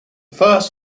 first